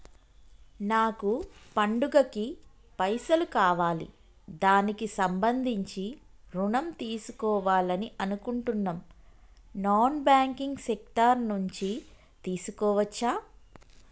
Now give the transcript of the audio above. నాకు పండగ కి పైసలు కావాలి దానికి సంబంధించి ఋణం తీసుకోవాలని అనుకుంటున్నం నాన్ బ్యాంకింగ్ సెక్టార్ నుంచి తీసుకోవచ్చా?